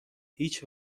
هیچ